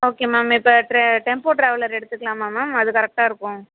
okay ma'am இப்போ ட்ரெ tempo traveller எடுத்துக்கலாமா மேம் அது கரெக்டாக இருக்கும்